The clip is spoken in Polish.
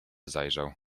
zajrzał